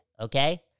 okay